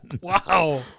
Wow